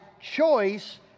choice